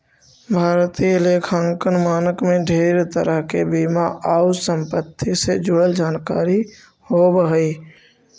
भारतीय लेखांकन मानक में ढेर तरह के बीमा आउ संपत्ति से जुड़ल जानकारी होब हई